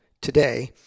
today